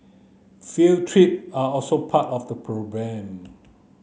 field trip are also part of the program